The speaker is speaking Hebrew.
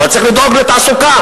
אבל צריך לדאוג לתעסוקה.